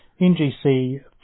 NGC